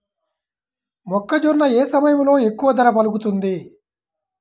మొక్కజొన్న ఏ సమయంలో ఎక్కువ ధర పలుకుతుంది?